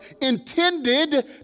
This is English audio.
intended